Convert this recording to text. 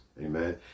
Amen